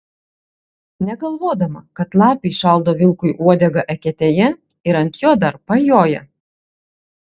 negalvodama kad lapė įšaldo vilkui uodegą eketėje ir ant jo dar pajoja